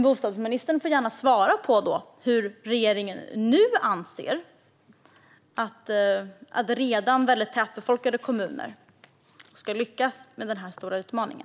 Bostadsministern får gärna svara på hur regeringen nu anser att redan tätbefolkade kommuner ska lyckas med den stora utmaningen.